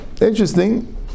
interesting